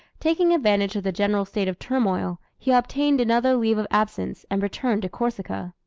taking advantage of the general state of turmoil he obtained another leave of absence, and returned to corsica.